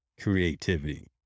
creativity